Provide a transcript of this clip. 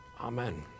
Amen